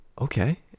okay